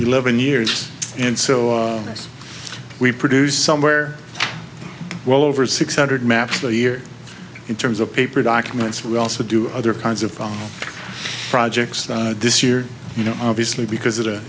eleven years and so yes we produce somewhere well over six hundred maps for the year in terms of paper documents we also do other kinds of projects this year you know obviously because